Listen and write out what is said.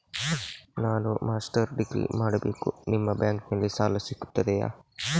ನಾನು master degree ಮಾಡಬೇಕು, ನಿಮ್ಮ ಬ್ಯಾಂಕಲ್ಲಿ ಸಾಲ ಸಿಗುತ್ತದೆಯೇ?